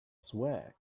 swag